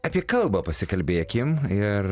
apie kalbą pasikalbėkim ir